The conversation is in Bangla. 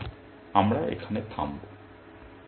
সুতরাং আমরা এখানে থামব